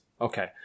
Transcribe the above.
okay